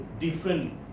different